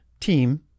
team